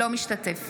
אינו משתתף